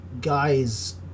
guys